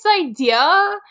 idea